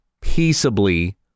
peaceably